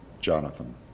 Jonathan